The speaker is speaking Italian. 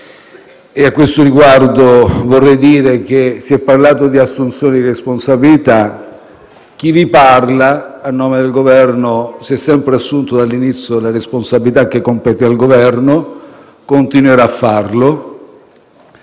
A questo riguardo, vorrei dire che si è parlato di assunzione di responsabilità. Chi vi parla, a nome del Governo, si è sempre assunto dall'inizio la responsabilità che compete al Governo e continuerà a farlo.